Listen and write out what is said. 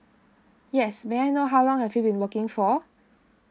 yes may I know how long have you been working for